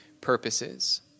purposes